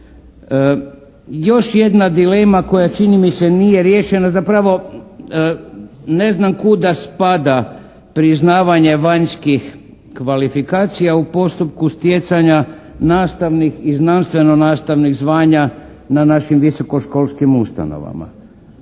Još jedna dilema koja čini mi se nije riješena, zapravo ne znam kuda spada priznavanje vanjskih kvalifikacija u postupku stjecanja nastavnih i znanstveno nastavnih zvanja na našim visokoškolskim ustanovama.